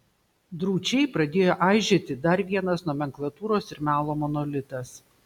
drūčiai pradėjo aižėti dar vienas nomenklatūros ir melo monolitas